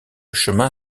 chemin